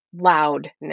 loudness